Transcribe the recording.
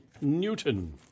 Newton